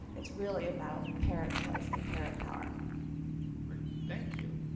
it's really about parent choice and parent power thank you.